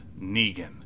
Negan